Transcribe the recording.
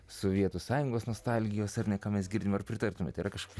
sovietų sąjungos nostalgijos ar ne ką mes girdime ar pritartumėte yra kažkokių